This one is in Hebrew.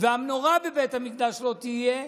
והמנורה בבית המקדש לא תהיה,